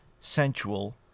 sensual